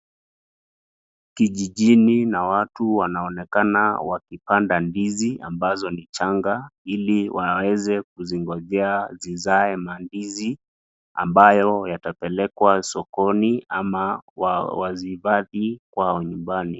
Kijijini na watu wanaonekana wakipanda ndizi ambazo ni changa ili waweze kuzingojea zizae mandizi ambayo yatapelekwa sokoni ama wa wazihifadhi kwao nyumbani.